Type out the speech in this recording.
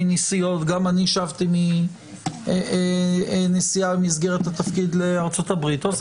גם אני שבתי מנסיעה במסגרת התפקיד לארצות הברית עושים בדיקה.